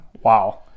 Wow